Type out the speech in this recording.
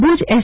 Bhuj S